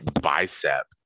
bicep